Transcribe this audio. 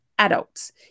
Adults